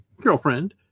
girlfriend